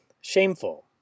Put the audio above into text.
shameful